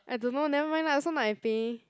I don't know never mind lah also not I pay